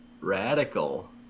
Radical